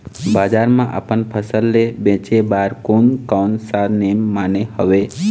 बजार मा अपन फसल ले बेचे बार कोन कौन सा नेम माने हवे?